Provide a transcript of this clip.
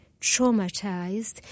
traumatized